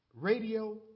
radio